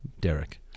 Derek